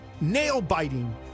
Nail-biting